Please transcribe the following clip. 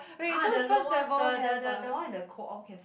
ah the lowest the the the the one with the Co-op cafe